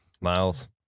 miles